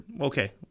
Okay